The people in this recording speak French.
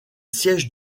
siège